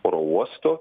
oro uosto